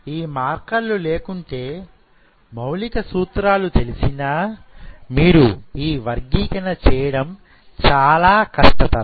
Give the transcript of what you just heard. ఈ మార్కర్ లు లేకుంటే మౌలిక సూత్రాలు తెలిసినా మీరు ఈ వర్గీకరణ చేయడం చాలా కష్టతరం